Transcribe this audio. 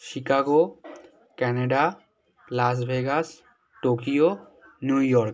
Chicago Canada Las Vegas Tokyo New York